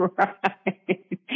right